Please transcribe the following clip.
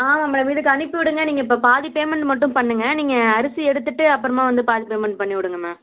ஆமாம் மேடம் இதுக்கு அனுப்பி விடுங்க நீங்கள் இப்போ பாதி பேமெண்ட்டு மட்டும் பண்ணுங்க நீங்கள் அரிசி எடுத்துகிட்டு அப்புறமா வந்து பாதி பேமெண்ட் பண்ணி விடுங்கம்மா